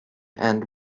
and